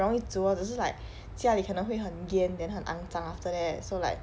容易煮 lor 只是 like 家里可能会很烟 then 很肮脏 after that so like